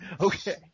Okay